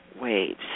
waves